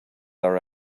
our